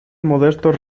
modestos